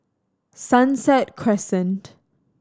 Sunset Crescent